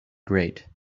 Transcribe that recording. great